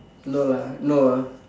no lah no ah